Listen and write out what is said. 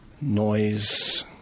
noise